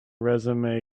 resume